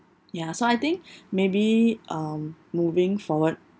ya so I think maybe um moving forward